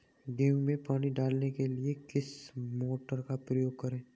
गेहूँ में पानी डालने के लिए किस मोटर का उपयोग करें?